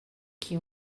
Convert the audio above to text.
que